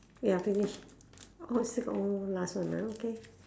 ya finish orh you still got one more last one ah okay